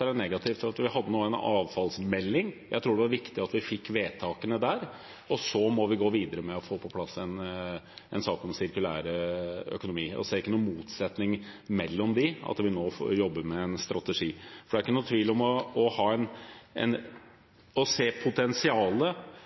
det er negativt at vi kom med en avfallsmelding. Jeg tror det var viktig at vi fikk de vedtakene – og så må vi gå videre med å få på plass en sak om sirkulær økonomi. Jeg ser ingen motsetning mellom det og det at vi nå jobber med en strategi. Det er ingen tvil om at det å se potensialet som hele tiden må videreutvikles for en sirkulær økonomi, er en